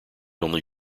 only